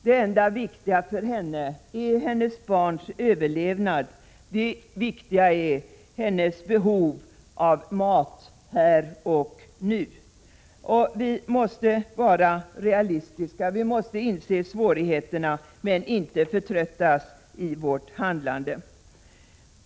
Det enda viktiga för henne är hennes barns överlevnad, hennes behov av mat här och och nu. Vi måste vara realistiska och inse svårigheterna, men vi får inte förtröttas i vårt handlande.